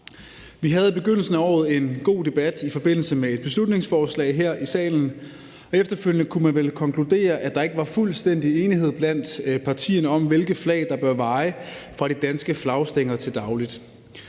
Vi havde i begyndelsen af året en god debat i forbindelse med et beslutningsforslag her i salen, og efterfølgende kunne man vel konkludere, at der ikke var fuldstændig enighed blandt partierne om, hvilke flag der bør vaje fra de danske flagstænger til daglig.